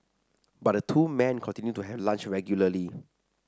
but the two men continued to have lunch regularly